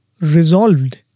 resolved